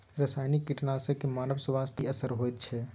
रसायनिक कीटनासक के मानव स्वास्थ्य पर की असर होयत छै?